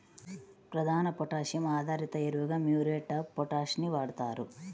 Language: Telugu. ప్రధాన పొటాషియం ఆధారిత ఎరువుగా మ్యూరేట్ ఆఫ్ పొటాష్ ని వాడుతారు